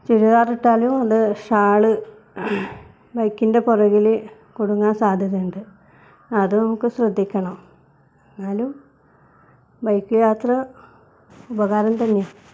ചുരിദാറിട്ടാലും അത് ഷാള് ബൈക്കിൻ്റെ പുറകിൽ കുടുങ്ങാൻ സാധ്യതയുണ്ട് അതും ഒക്കെ ശ്രദ്ധിക്കണം എന്നാലും ബൈക്ക് യാത്ര ഉപകാരം തന്നെ